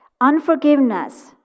Unforgiveness